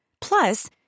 Plus